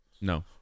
No